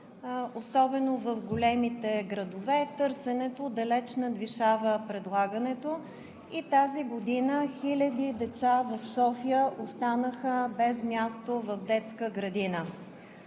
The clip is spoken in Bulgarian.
особено в големите градове търсенето далеч надвишава предлагането. И тази година хиляди деца в София останаха без място в детска градина.